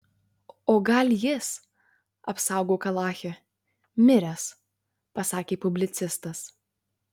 o gal jis apsaugok alache miręs pasakė publicistas